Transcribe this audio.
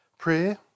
Prayer